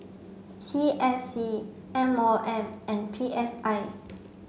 C S C M O M and P S I